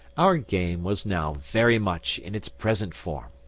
our game was now very much in its present form.